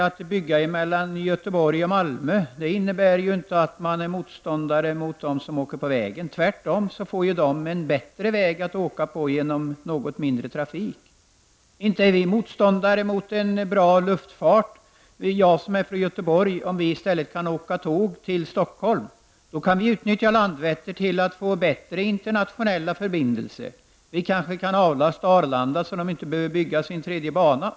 Att bygga järnväg mellan Göteborg och Malmö innebär ju inte att man är motståndare till dem som åker på vägen. De får ju tvärtom en bättre väg att åka på genom att det blir något mindre trafik där. Inte är jag som är från Göteborg motståndare till en bra luftfart. Om vi åker tåg till Stockholm kan vi i stället utnyttja Landvetter till att få bättre internationella förbindelser. Kanske kan vi på så sätt avlasta Arlanda, så att man där inte behöver bygga en tredje bana.